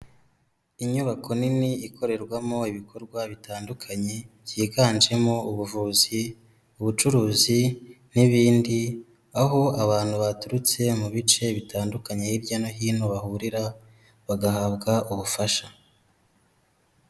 Inyubako nini ikorerwamo ibikorwa bitandukanye byiganjemo ubuvuzi, ubucuruzi n'ibindi, aho abantu baturutse mu bice bitandukanye hirya no hino bahurira bagahabwa ubufasha.